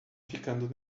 ficando